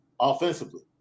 offensively